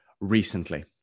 recently